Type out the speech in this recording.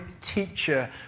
teacher